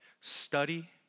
study